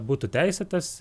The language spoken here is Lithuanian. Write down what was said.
būtų teisėtas